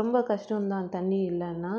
ரொம்ப கஷ்டம் தான் தண்ணி இல்லைன்னா